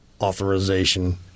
authorization